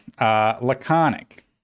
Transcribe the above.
laconic